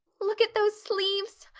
look at those sleeves!